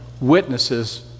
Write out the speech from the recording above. witnesses